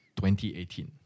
2018